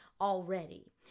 already